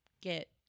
get